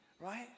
right